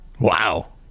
Wow